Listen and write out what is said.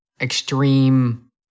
extreme